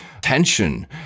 tension